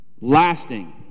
Lasting